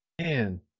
Man